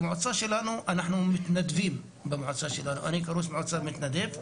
אנחנו מתנדבים במועצה שלנו, אני מתנדב.